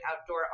outdoor